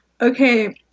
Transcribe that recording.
Okay